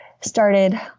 started